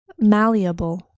Malleable